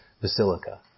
Basilica